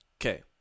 okay